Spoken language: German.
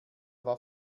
war